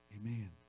Amen